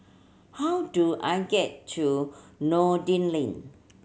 how do I get to Noordin Lane